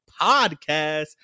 podcast